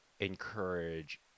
encourage